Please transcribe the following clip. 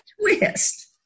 twist